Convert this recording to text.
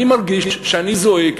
אני מרגיש שאני זועק,